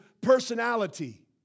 personality